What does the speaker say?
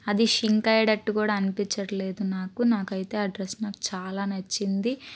అది షింక్ అయ్యేటట్టు కూడా అనిపించట్లేదు నాకు నాకైతే ఆ డ్రస్ నాకు చాలా నచ్చింది